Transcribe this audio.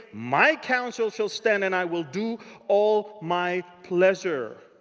my counsel shall stand and i will do all my pleasure.